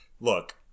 look